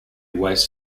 waist